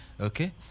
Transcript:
okay